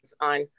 on